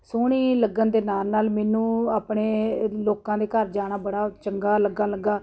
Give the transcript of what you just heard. ਸੋਹਣੀ ਲੱਗਣ ਦੇ ਨਾਲ ਨਾਲ ਮੈਨੂੰ ਆਪਣੇ ਲੋਕਾਂ ਦੇ ਘਰ ਜਾਣਾ ਬੜਾ ਚੰਗਾ ਲੱਗਣ ਲੱਗਾ